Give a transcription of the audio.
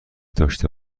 داشته